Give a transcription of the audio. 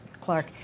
Clark